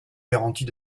garantie